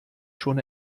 schon